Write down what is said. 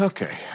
Okay